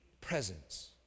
presence